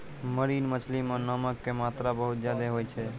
marine मछली मॅ नमक के मात्रा बहुत ज्यादे होय छै